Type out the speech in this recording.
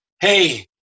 hey